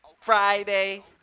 Friday